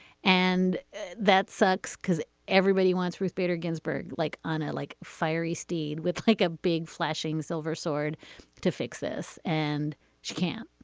and that sucks because everybody wants ruth bader ginsburg like unalike fiery steed with like a big flashing silver sword to fix this. and she can't.